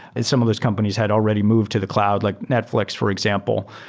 and some of those companies had already moved to the cloud, like netfl ix, for example.